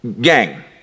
Gang